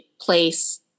place